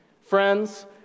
Friends